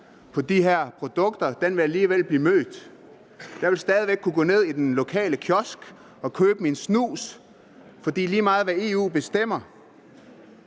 på de her produkter, alligevel vil blive mødt. Jeg vil stadig væk kunne gå ned i den lokale kiosk og købe min snus, for lige meget hvad EU bestemmer,